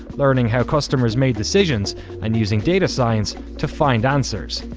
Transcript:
learning how customers made decisions and using data science to find answers.